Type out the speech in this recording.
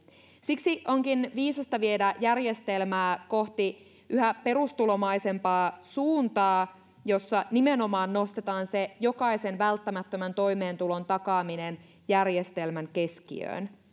siksi onkin viisasta viedä järjestelmää kohti yhä perustulomaisempaa suuntaa jossa nimenomaan nostetaan se jokaisen välttämättömän toimeentulon takaaminen järjestelmän keskiöön